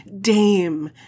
Dame